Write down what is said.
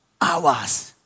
hours